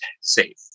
safe